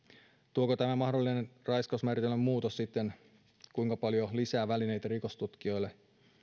tuoko tämä mahdollinen raiskausmääritelmän muutos sitten kuinka paljon lisää välineitä rikostutkijoille